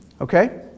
Okay